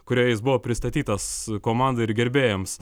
kuriai jis buvo pristatytas komandai ir gerbėjams